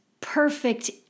perfect